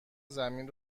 زمین